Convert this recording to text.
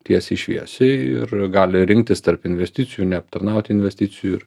tiesiai šviesiai ir gali rinktis tarp investicijų neaptarnauti investicijų ir